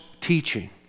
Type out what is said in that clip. teaching